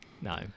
No